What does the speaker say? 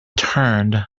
turned